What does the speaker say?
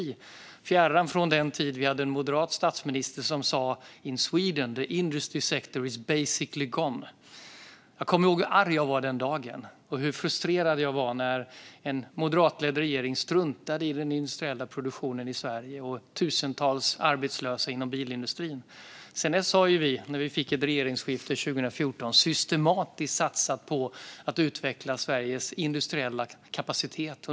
Detta är fjärran från den tid då vi hade en moderat statsminister som sa: In Sweden, the industry sector is basically gone. Jag kommer ihåg hur arg jag var den dagen och hur frustrerad jag var när en moderatledd regering struntade i den industriella produktionen i Sverige och tusentals arbetslösa inom bilindustrin. Sedan dess har vi, efter regeringsskiftet 2014, systematiskt satsat på att utveckla Sveriges industriella kapacitet.